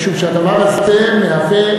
משום שהדבר הזה מהווה,